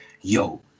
yo